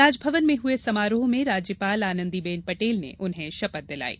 राजभवन में हुए समारोह में राज्यपाल आनंदीबेन पटेल ने उन्हें शपथ दिलायी